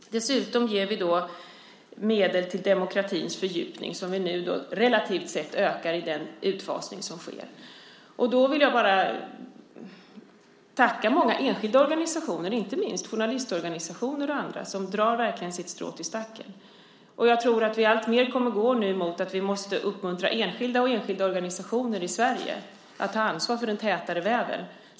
Dessutom ger vi medel till demokratins fördjupning som vi nu relativt sett ökar i den utfasning som sker. Jag vill tacka många enskilda organisationer, inte minst journalistorganisationer och andra, som verkligen drar sitt strå till stacken. Jag tror att vi nu alltmer kommer att gå mot att vi måste uppmuntra enskilda och enskilda organisationer i Sverige att ta ansvar för den tätare väven.